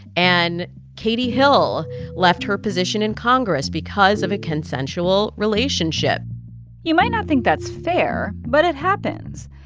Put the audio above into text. and katie hill left her position in congress because of a consensual relationship you might not think that's fair, but it happens.